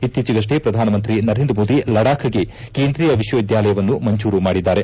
ಇತ್ತೀಚೆಗಷ್ಲೆ ಪ್ರಧಾನಮಂತ್ರಿ ನರೇಂದ್ರ ಮೋದಿ ಲಡಾಖ್ಗೆ ಕೇಂದ್ರೀಯ ವಿಶ್ವವಿದ್ಯಾಲಯವನ್ನು ಮಂಜೂರು ಮಾಡಿದ್ದಾರೆ